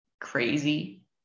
crazy